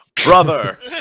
BROTHER